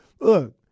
look